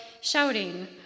shouting